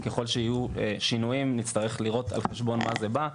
ככל שיהיו שינויים נצטרך לראות על חשבון מה זה בא.